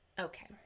Okay